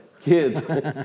kids